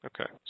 Okay